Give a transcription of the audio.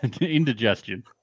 Indigestion